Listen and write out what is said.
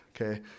Okay